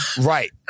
Right